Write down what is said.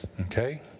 okay